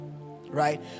right